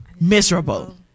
Miserable